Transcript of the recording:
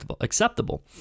acceptable